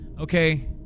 Okay